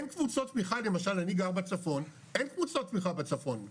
אני למשל גר בצפון, אין קבוצות תמיכה בצפון,